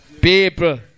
People